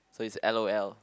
so is l_o_l